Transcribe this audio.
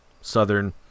Southern